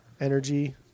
Energy